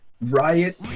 riot